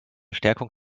stärkung